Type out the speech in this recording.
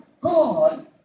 God